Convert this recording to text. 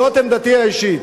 זו עמדתי האישית.